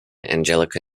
angelica